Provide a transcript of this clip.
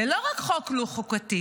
זה לא רק חוק לא חוקתי,